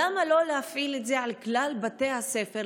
למה לא להפעיל את זה על כלל בתי הספר,